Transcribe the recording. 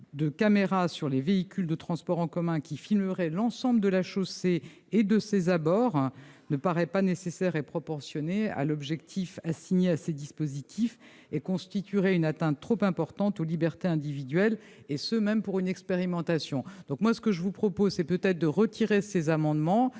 de caméras sur les véhicules de transport en commun qui filmeraient l'ensemble de la chaussée et de ses abords ne paraît pas nécessaire ni proportionné à l'objectif assigné à ces dispositifs ; il constituerait une atteinte trop importante aux libertés individuelles, même dans le cadre d'une expérimentation. Je vous suggère donc de retirer ces amendements,